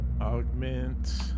Augment